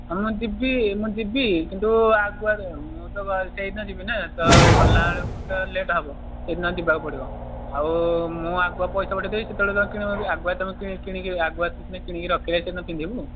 ହଁ ମୁଁ ଯିବି ମୁଁ ଯିବି କିନ୍ତୁ ଆଗୁଆ ଯାଇହେବନି ମୁଁ ତ ସେହି ଦିନ ଯିବି ନା ତ ଗଲା ବେଳକୁ ତ ଲେଟ୍ ହେବ ସେଦିନ ଯିବାକୁ ପଡ଼ିବ ଆଉ ମୁଁ ଆଗୁଆ ପଇସା ପଠାଇ ଦେବି ସେତେବେଳେ ତୋର କିଣାବୁ ଯଦି ଆଗୁଆ କିଣିକି ଆଗୁଆ କିଣିକି ରଖିଲେ ସିନା ପିନ୍ଧିବୁ